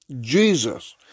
Jesus